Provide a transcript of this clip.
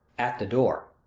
at the door.